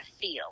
feel